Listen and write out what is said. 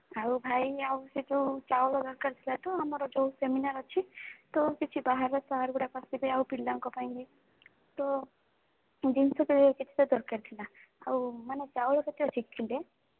ଆଉ ଭାଇ ଆଉ ସେ ଯେଉଁ ଚାଉଳ ଦରକାର ଥିଲା ତ ଆମର ଯେଉଁ ସେମିନାର୍ ଅଛି ତ କିଛି ବାହାର ସାର୍ଗୁଡ଼ିକ ଆସିବେ ଆଉ ପିଲାଙ୍କ ପାଇଁ ବି ତ ଜିନିଷ ଭାଇ କିଛିଟା ଦରକାର ଥିଲା ଆଉ ମାନେ ଚାଉଳ କେତେ ଅଛି କିଲେ